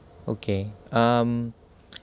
okay um